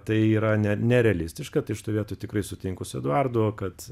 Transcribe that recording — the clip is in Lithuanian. tai yra ne nerealistiška tai šitoj vietoj tikrai sutinku su eduardu o kad